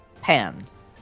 ...pans